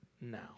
now